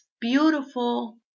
beautiful